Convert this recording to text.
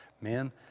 man